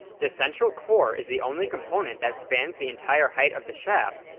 the central core is the only component that spans the entire height of the shaft,